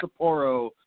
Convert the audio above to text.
Sapporo